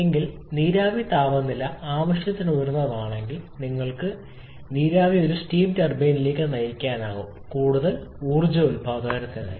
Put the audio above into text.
എങ്കിൽ നീരാവി താപനില ആവശ്യത്തിന് ഉയർന്നതാണെങ്കിൽ നിങ്ങൾക്ക് നീരാവി ഒരു സ്റ്റീം ടർബൈനിലേക്ക് നയിക്കാനാകും കൂടുതൽ ഊർജ്ജ ഉൽപാദനത്തിനായി